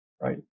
right